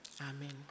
Amen